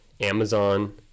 Amazon